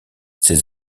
ces